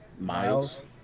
Miles